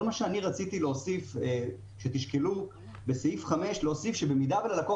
כל מה שאני רוצה זה שתשקלו להוסיף בסעיף 5 שבמידה שללקוח